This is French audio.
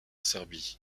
serbie